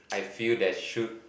I feel that should